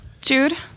Jude